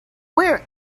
where